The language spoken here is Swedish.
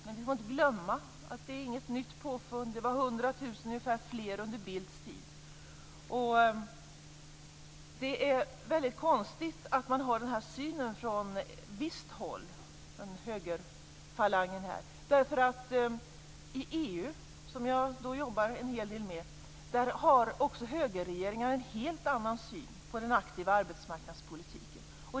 Men vi får inte glömma att det inte är något nytt påfund. Det var ungefär 100 000 fler under Carl Bildts tid. Det är väldigt konstigt att man från visst håll har denna syn, från högerfalangen här, eftersom också högerregeringar inom EU, som jag jobbar en hel del med, har en helt annan syn på den aktiva arbetsmarknadspolitiken.